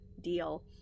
deal